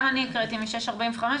גם אני הקראתי מ-06:45,